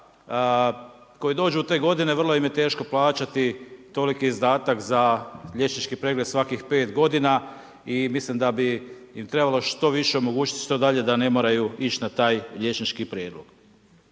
koji dođu u te godine vrlo im je teško plaćati toliki izdatak za liječnički pregled svakih 5 godina i mislim da bi im trebalo što više omogućiti što dalje da ne moraju ići na taj liječnički pregled.